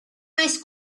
ice